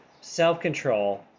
self-control